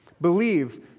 Believe